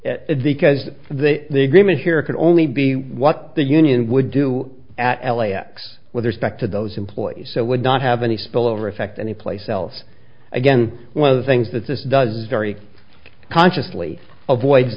s it's because they the agreement here can only be what the union would do at l a x with respect to those employees so would not have any spillover effect anyplace else again one of the things that this does is very consciously avoids